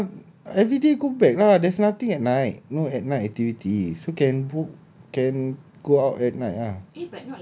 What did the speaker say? no lah everyday go back lah there's nothing at night no at night activity so can book can go out at night ah